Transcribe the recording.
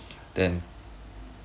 then